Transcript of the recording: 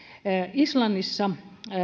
islannissa